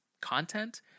content